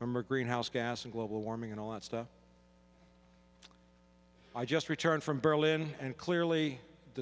or greenhouse gas and global warming and all that stuff i just returned from berlin and clearly the